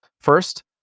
First